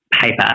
paper